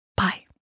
Bye